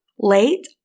Late